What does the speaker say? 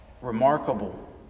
remarkable